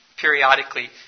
periodically